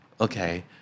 Okay